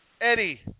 Eddie